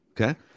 Okay